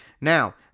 Now